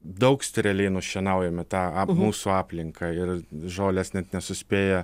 daug steriliai nušienaujame tą mūsų aplinką ir žolės net nesuspėja